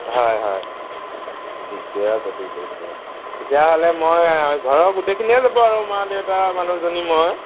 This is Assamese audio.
হয় হয় ঠিকে আছে ঠিকে আছে তেতিয়াহ'লে মই ঘৰৰ গোটেইখিনিয়েই যাব আৰু মা দেউতা মানুহজনী মই